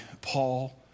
Paul